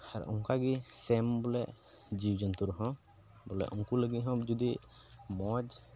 ᱟᱨ ᱚᱱᱠᱟ ᱜᱮ ᱥᱮᱢ ᱵᱚᱞᱮ ᱡᱤᱣᱤ ᱡᱚᱱᱛᱩᱨ ᱦᱚᱸ ᱵᱚᱞᱮ ᱩᱱᱠᱩ ᱞᱟᱹᱜᱤᱫ ᱦᱚᱸ ᱡᱩᱫᱤ ᱢᱚᱡᱽ